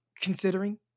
considering